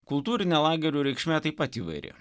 kultūrinė lagerių reikšmė taip pat įvairi